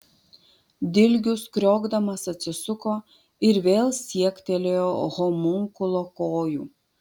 dilgius kriokdamas atsisuko ir vėl siektelėjo homunkulo kojų